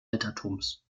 altertums